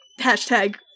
Hashtag